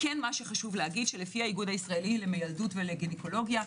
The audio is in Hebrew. לפי האיגוד הישראלי למיילדות ולגניקולוגיה,